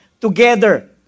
together